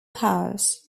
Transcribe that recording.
powers